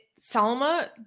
Salma